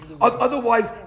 Otherwise